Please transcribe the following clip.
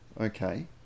Okay